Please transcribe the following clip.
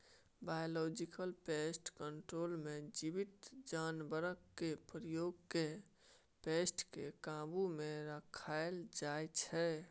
biological pest control मे जीबित जानबरकेँ प्रयोग कए पेस्ट केँ काबु मे राखल जाइ छै